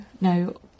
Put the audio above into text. no